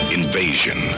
invasion